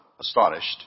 astonished